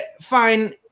fine